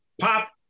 pop